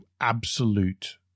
absolute